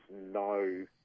no